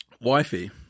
Wifey